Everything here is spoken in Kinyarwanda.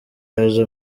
yaje